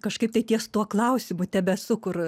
kažkaip tai ties tuo klausimu tebesu kur